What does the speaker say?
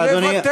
אדוני.